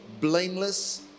blameless